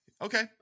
Okay